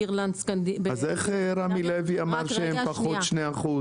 אירלנד --- אז איך רמי לוי אמר שהם פחות 2%?